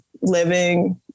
living